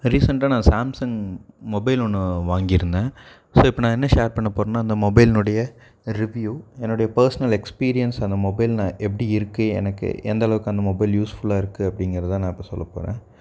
ரீசெண்ட்டக நான் Samsung mobile ஒன்று வாங்கியிருந்தேன் ஸோ இப்போ நான் என்ன ஷேர் பண்ண போகிறேன்னா அந்த மொபைலுடைய ரிவியூ என்னோடைய பேர்சனல் எக்ஸ்பீரியன்ஸ் அந்த மொபைல் நான் எப்படி இருக்குது எனக்கு எந்தளவுக்கு அந்த மொபைல் யூஸ்ஃபுல்லாக இருக்குது அப்படிங்கற தான் நான் இப்போ சொல்ல போகிறேன்